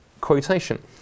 quotation